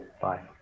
Bye